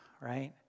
right